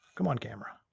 come on, camera.